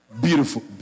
Beautiful